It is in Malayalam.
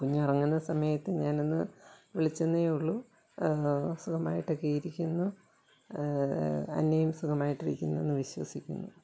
കുഞ്ഞുറങ്ങുന്ന സമയത്ത് ഞാനൊന്ന് വിളിച്ചെന്നേയുള്ളൂ സുഖമായിട്ടൊക്കെയിരിക്കുന്നു അന്നയും സുഖമായിട്ടിരിക്കുന്നെന്ന് വിശ്വസിക്കുന്നു